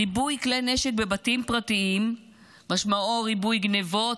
ריבוי כלי נשק בבתים פרטיים משמעו ריבוי גנבות,